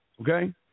Okay